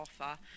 offer